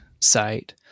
site